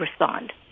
respond